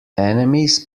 enemies